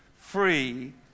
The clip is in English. free